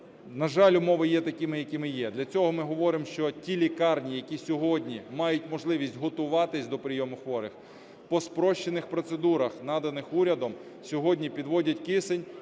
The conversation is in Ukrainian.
На жаль, умови є такими, якими є. Для цього ми говоримо, що ті лікарні, які сьогодні мають можливість готуватися до прийому хворих, по спрощених процедурах, наданих урядом, сьогодні підводять кисень